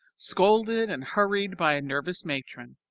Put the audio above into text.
scolded and hurried by a nervous matron.